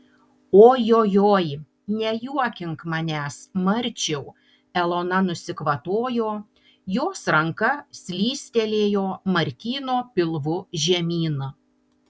ojojoi nejuokink manęs marčiau elona nusikvatojo jos ranka slystelėjo martyno pilvu žemyn